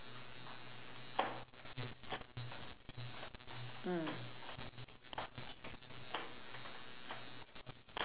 mm